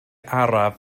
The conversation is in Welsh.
araf